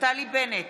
נפתלי בנט,